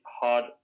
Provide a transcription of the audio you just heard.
hard